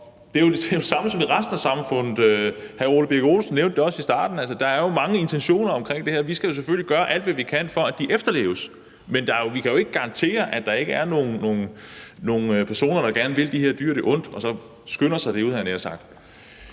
Det er jo det samme som i resten af samfundet – hr. Ole Birk Olesen nævnte det også i starten. Altså, der er jo mange intentioner omkring det her, og vi skal selvfølgelig gøre alt, hvad vi kan, for at de efterleves. Men vi kan jo ikke garantere, at der ikke er nogle personer, der gerne vil de her dyr det ondt og så skynder sig derud, havde